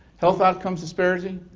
health outcomes disparities.